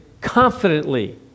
confidently